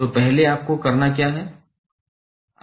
तो पहले आपको क्या करना है